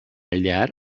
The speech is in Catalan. llar